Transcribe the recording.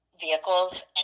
vehicles